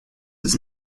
his